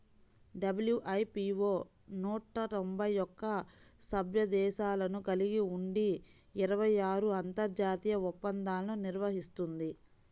WIPO నూట తొంభై ఒక్క సభ్య దేశాలను కలిగి ఉండి ఇరవై ఆరు అంతర్జాతీయ ఒప్పందాలను నిర్వహిస్తుంది